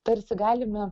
tarsi galime